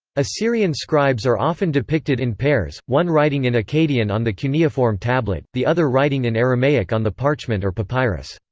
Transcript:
assyrian scribes are often depicted in pairs one writing in akkadian on the cuneiform tablet, the other writing in aramaic on the parchment or papyrus.